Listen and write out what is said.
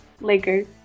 Lakers